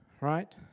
right